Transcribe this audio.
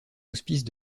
hospice